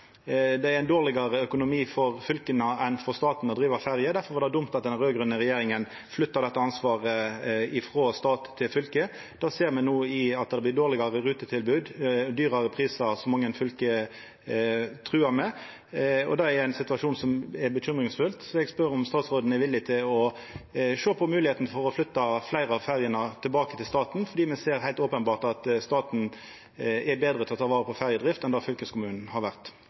det er dårlegare økonomi for fylka enn for staten å driva ferjer. Difor var det dumt at den raud-grøne regjeringa flytta dette ansvaret frå stat til fylke. Det ser me no i at det har vorte dårlegare rutetilbod og dyrare prisar, som mange fylke har truga med, og det er ein situasjon som er bekymringsfull. Eg vil spørja om statsråden er villig til å sjå på moglegheita for å flytta fleire av ferjene tilbake til staten, fordi me heilt openbert ser at staten er betre til å ta vare på ferjedrift enn det fylkeskommunen har vore.